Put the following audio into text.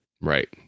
right